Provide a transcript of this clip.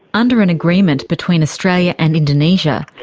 under an agreement between australian and indonesia,